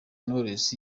knowless